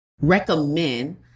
recommend